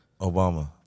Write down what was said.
Obama